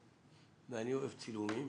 ואני אוהב צילומים